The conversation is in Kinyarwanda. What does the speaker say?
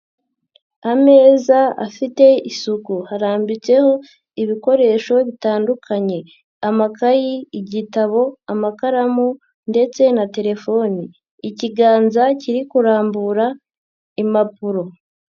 Ameza afite isuku harambitseho ibikoresho bitandukanye, amakayi, igitabo, amakaramu ndetse na telefoni, ikiganza kiri kurambura impapuro.